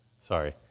Sorry